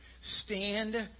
Stand